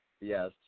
Yes